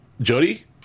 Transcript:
Jody